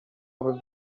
aby